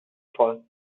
fall